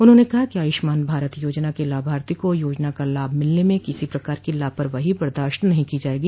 उन्होंने कहा कि आयुष्मान भारत योजना के लाभार्थी को योजना का लाभ मिलने में किसो प्रकार की लापरवाही बर्दाश्त नहीं की जायेगी